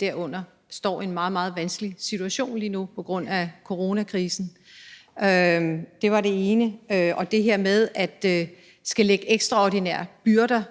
derunder står i en meget, meget vanskelig situation lige nu på grund af coronakrisen? Det var det ene spørgsmål, og der er også det her med at skulle lægge ekstraordinære byrder